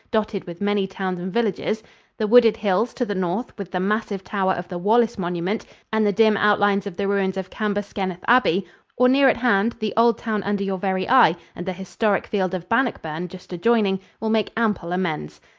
dotted with many towns and villages the wooded hills to the north with the massive tower of the wallace monument and the dim outlines of the ruins of cambuskenneth abbey or, near at hand, the old town under your very eye and the historic field of bannockburn just adjoining, will make ample amends.